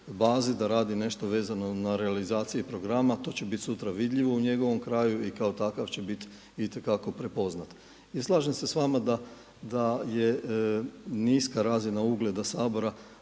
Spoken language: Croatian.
da radi nešto vezano na realizaciji programa to će biti sutra vidljivo u njegovom kraju i kao takav će biti itekako prepoznat. I slažem se s vama da je niska razina ugleda Sabora